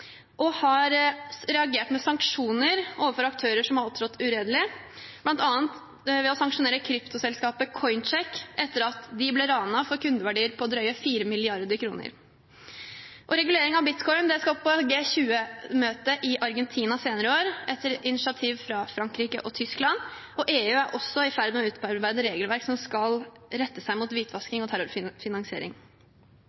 og har reagert med sanksjoner overfør aktører som har opptrådt uredelig, bl.a. ved å sanksjonere kryptoselskapet Coincheck etter at de ble ranet for kundeverdier på drøye 4 mrd. kr. Regulering av bitcoin skal opp på G20-møtet i Argentina senere i år etter initiativ fra Frankrike og Tyskland, og EU er også i ferd med å utarbeide regelverk som skal rette seg mot